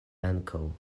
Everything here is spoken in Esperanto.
ankaŭ